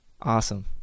Awesome